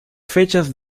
fechas